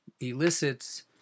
elicits